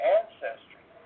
ancestry